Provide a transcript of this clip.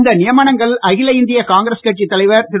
இந்த நியமனங்கள் அகில இந்திய காங்கிரஸ் கட்சித் தலைவர் திரு